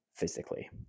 physically